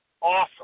Awesome